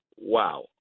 wow